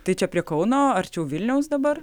tai čia prie kauno arčiau vilniaus dabar